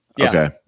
Okay